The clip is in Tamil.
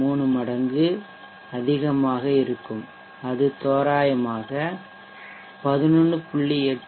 3 மடங்கு இருக்கும் தோராயமாக அது 11